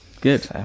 Good